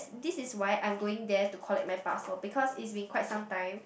this is why I'm going there to collect my parcel because it's been quite some time